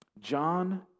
John